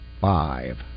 five